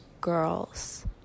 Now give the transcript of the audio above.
girls